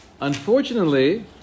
Unfortunately